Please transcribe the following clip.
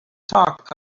talk